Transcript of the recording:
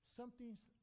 Something's